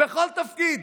בכל תפקיד.